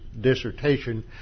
dissertation